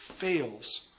fails